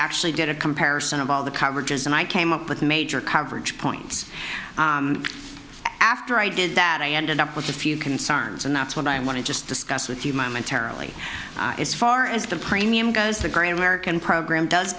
actually did a comparison of all the coverages and i came up with major coverage points after i did that i ended up with a few concerns and that's what i want to just discuss with you momentarily as far as the premium goes the great american program does